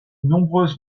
nombreuses